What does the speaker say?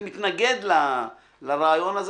שאני מתנגד לרעיון הזה,